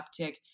uptick